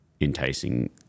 enticing